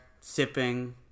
sipping